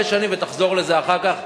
ותחזור לזה אחר כך.